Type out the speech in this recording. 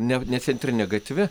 ne ne centrine gatve